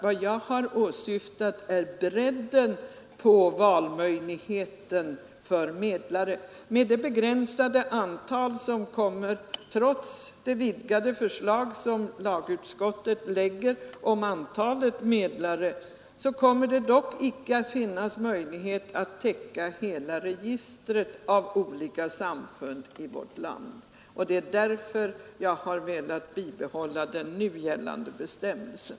Vad jag har åsyftat är bredden på valmöjligheten när det gäller medlare. Med det begränsade antal som kommer att stå till förfogande trots det vidgade förslag lagutskottet framlägger om antalet medlare kommer det inte att finnas möjlighet att täcka hela registret av olika samfund i vårt land. Det är därför jag velat bibehålla den nu gällande bestämmelsen.